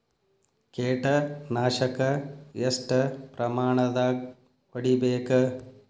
ಕೇಟ ನಾಶಕ ಎಷ್ಟ ಪ್ರಮಾಣದಾಗ್ ಹೊಡಿಬೇಕ?